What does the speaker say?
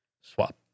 Swap